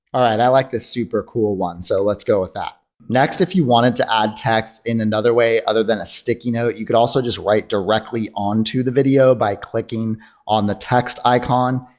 all right i like this super cool one so let's go with that. next, if you wanted to add text in another way other than a sticky note you could also just write directly on to the video by clicking on the text icon,